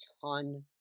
ton